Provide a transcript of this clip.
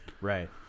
Right